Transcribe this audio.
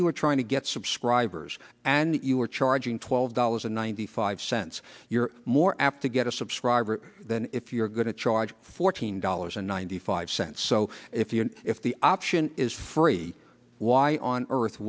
you're trying to get subscribers and you are charging twelve dollars ninety five cents you're more apt to get a subscriber than if you're going to charge fourteen dollars or ninety five cents so if you if the option is free why on earth